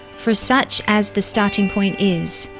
for such as the starting-point is,